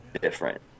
different